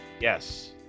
Yes